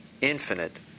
infinite